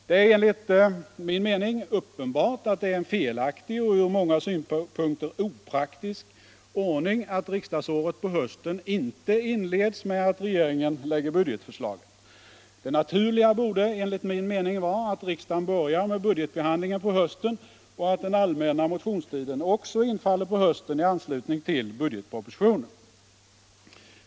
Det är enligt min mening uppenbart att det är en felaktig och ur många synpunkter opraktisk ordning att riksdagsåret på hösten inte inleds med att regeringen lägger fram budgetförslaget. Det naturliga borde vara att riksdagen börjar med budgetbehandlingen på hösten och att den allmänna motionstiden också infaller på hösten i anslutning till budgetpropositionen.